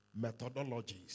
methodologies